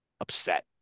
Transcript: upset